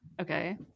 okay